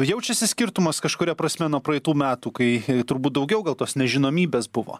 jaučiasi skirtumas kažkuria prasme nuo praeitų metų kai turbūt daugiau gal tos nežinomybės buvo